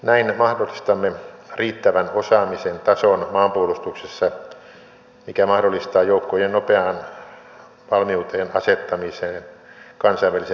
näin mahdollistamme riittävän osaamisen tason maanpuolustuksessa mikä mahdollistaa joukkojen nopeaan valmiuteen asettamisen kansainvälisen tilanteen niin vaatiessa